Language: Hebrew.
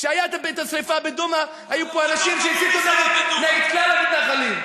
כשהייתה השרפה בדומא היו פה אנשים שהסיתו נגד כלל המתנחלים.